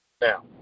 Now